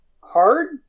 hard